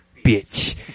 bitch